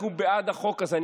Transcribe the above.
אנחנו בעד החוק הזה.